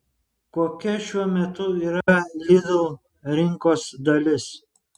kokia šiuo metu yra lidl rinkos dalis